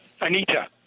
Anita